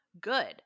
good